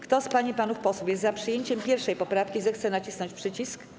Kto z pań i panów posłów jest za przyjęciem 1. poprawki, zechce nacisnąć przycisk.